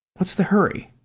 what's the hurry?